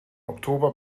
oktober